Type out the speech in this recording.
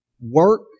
work